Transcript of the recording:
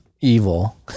evil